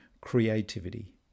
creativity